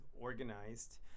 organized